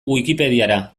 wikipediara